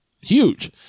huge